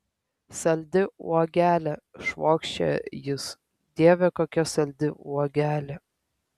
saldi uogelė švokščia jis dieve kokia saldi uogelė